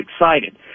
excited